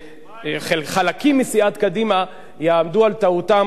חלקים מסיעת קדימה יעמדו על טעותם